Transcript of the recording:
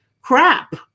crap